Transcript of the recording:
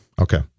Okay